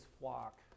flock